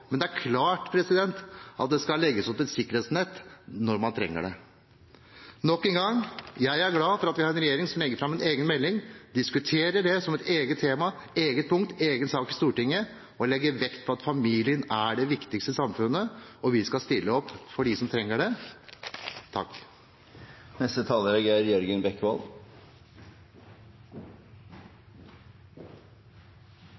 men det er klart at det skal legges et sikkerhetsnett når man trenger det. Nok en gang: Jeg er glad for at vi har en regjering som legger fram en egen melding, diskuterer det som et eget tema, et eget punkt, en egen sak i Stortinget, og legger vekt på at familien er det viktigste